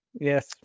Yes